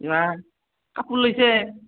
না কাপোৰ লৈছে